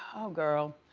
oh girl,